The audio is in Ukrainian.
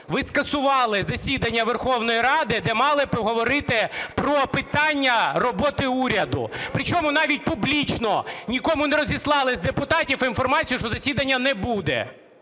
ви скасували засідання Верховної Ради, де мали би говорити про питання роботи уряду. Причому навіть публічно нікому не розіслали з депутатів інформацію, що засідання не буде.